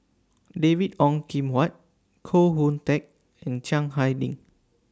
David Ong Kim Huat Koh Hoon Teck and Chiang Hai Ding